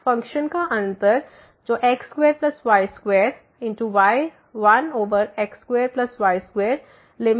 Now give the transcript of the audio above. function का अंतर जोx2y21x2y2लिमिटिंग वैल्यू 0 से कम